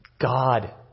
God